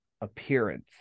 appearance